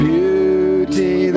Beauty